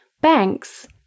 Banks